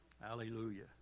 Hallelujah